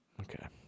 Okay